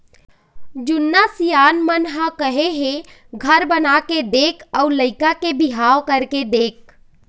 जुन्ना सियान मन ह कहे हे घर बनाके देख अउ लइका के बिहाव करके देख